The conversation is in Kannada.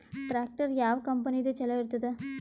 ಟ್ಟ್ರ್ಯಾಕ್ಟರ್ ಯಾವ ಕಂಪನಿದು ಚಲೋ ಇರತದ?